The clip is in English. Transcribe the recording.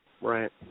Right